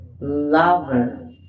lover